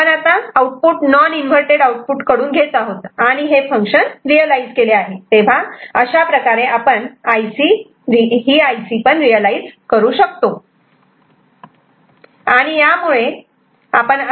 आपण output non inverted output कडून घेत आहोत आणि हे फंक्शन रियलायझ केले आहे अशाप्रकारे आपण आय सी रियलायझ करू शकतो